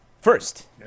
first